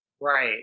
Right